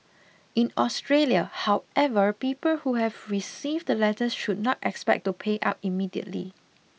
in Australia however people who have received the letters should not expect to pay up immediately